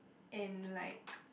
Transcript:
and like